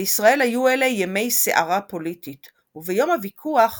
בישראל היו אלה ימי סערה פוליטית וביום הוויכוח